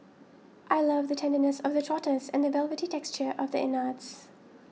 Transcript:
I love the tenderness of the trotters and the velvety texture of the innards